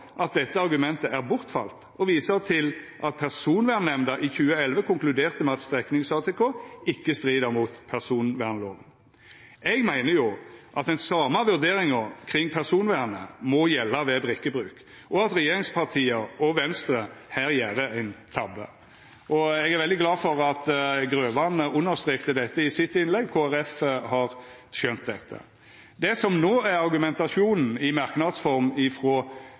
at dette argumentet er bortfalt, og viser til at Personvernnemnda i 2011 konkluderte med at streknings-ATK ikke strider mot personvernloven.» Eg meiner at den same vurderinga kring personvernet må gjelda ved brikkebruk, og at regjeringspartia og Venstre her gjer ein tabbe. Eg er veldig glad for at Grøvan understreka dette i innlegget sitt. Kristeleg Folkeparti har skjønt dette. Det som no er argumentasjonen i merknadsform ifrå